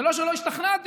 זה לא שלא השתכנעתי,